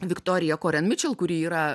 viktorija koren mičel kuri yra